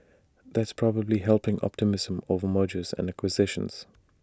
that's probably helping optimism over mergers and acquisitions